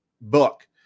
book